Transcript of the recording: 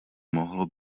mohlo